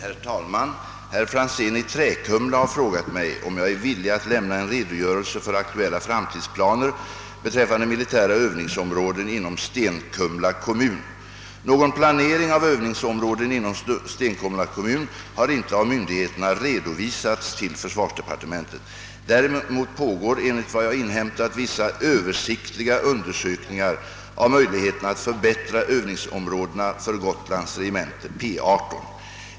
Herr talman! Herr Franzén i Träkumla har frågat mig om jag är villig att lämna en redogörelse för aktuella framtidsplaner beträffande militära övningsområden inom Stenkumla kommun. Någon planering av övningsområden inom Stenkumla kommun har inte av myndigheterna redovisats till försvarsdepartementet. Däremot pågår enligt vad jag inhämtat vissa översiktliga undersökningar av möjligheterna att förbättra övningsområdena för Gotlands regemente .